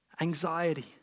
Anxiety